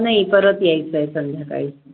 हा नाही परत यायचं आहे संध्याकाळी